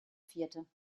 vierte